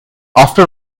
after